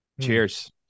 cheers